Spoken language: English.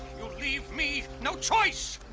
you leave me no choice.